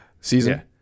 season